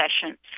sessions